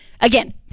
Again